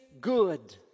good